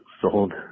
sold